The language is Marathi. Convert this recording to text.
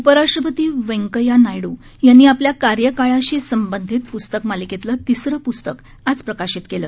उपराष्ट्रपती व्यंकय्या नायडू यांनी आपल्या कार्यकाळाशी संबंधित पुस्तक मालिकेतलं तिसरं पुस्तक आज प्रकाशित केलं